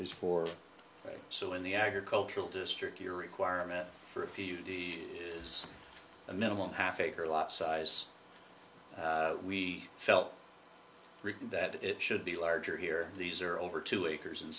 is for so in the agricultural district your requirement for a few is a minimum half acre lot size we felt that it should be larger here these are over two acres in